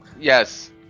Yes